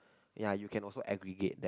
ya you can also aggregate that